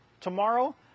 tomorrow